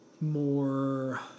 more